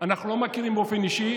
אנחנו לא מכירים באופן אישי,